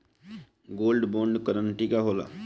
Gold bond करतिं का होला?